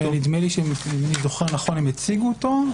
אם אני זוכר נכון, הם הציגו אותו.